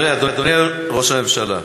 אדוני ראש הממשלה,